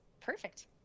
perfect